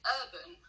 urban